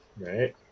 Right